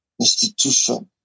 institution